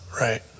Right